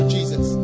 Jesus